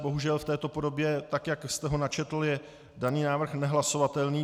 Bohužel v této podobě, tak jak jste ho načetl, je daný návrh nehlasovatelný.